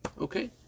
okay